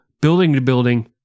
building-to-building